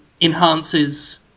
enhances